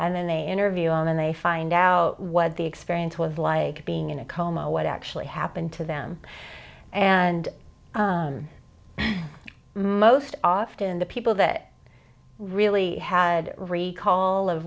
and then they interview and they find out what the experience was like being in a coma what actually happened to them and most often the people that really had recall of